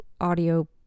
audio